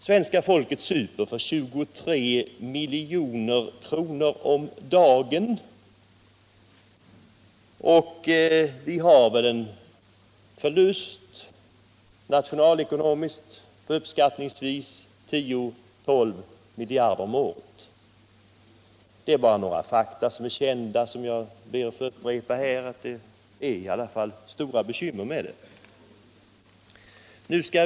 Svenska folket super för 23 milj.kr. om dagen, och alkoholbruket åstadkommer en nationalekonomisk förlust på uppskattningsvis 10-12 miljarder kr. om året. Det är bara några kända fakta som jag ber att få upprepa och som visar att det i alla fall är stora bekymmer med detta.